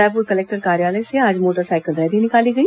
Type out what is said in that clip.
Raipur collector कार्यालय से आज मोटरसाइकिल रैली निकाली गई